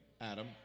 Adam